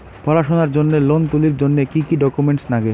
পড়াশুনার জন্যে লোন তুলির জন্যে কি কি ডকুমেন্টস নাগে?